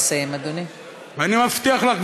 אני מבטיח לך,